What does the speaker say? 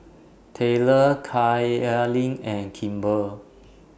Tayler Kaylynn and Kimber